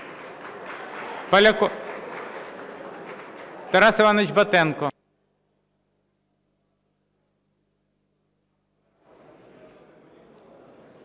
Тарас Іванович Батенко.